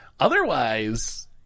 Otherwise